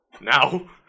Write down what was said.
Now